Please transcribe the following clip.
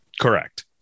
Correct